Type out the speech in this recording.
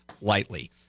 lightly